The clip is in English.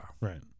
Right